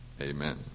amen